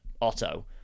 Otto